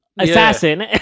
Assassin